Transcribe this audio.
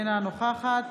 אינה נוכחת